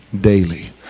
daily